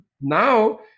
now